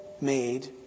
made